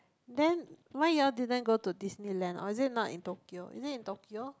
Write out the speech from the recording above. then why you all didn't go to Disneyland or is it not in Tokyo is it in Tokyo